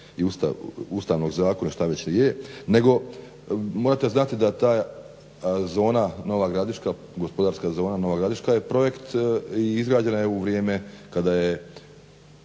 i Ustavnog zakona i što već je, nego morate znati da ta gospodarska zona Nova Gradiška je projekt i izgrađena je u vrijeme kada je